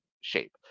shape